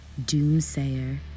doomsayer